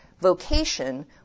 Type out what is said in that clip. vocation